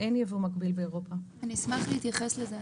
אני אסביר.